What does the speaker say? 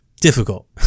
difficult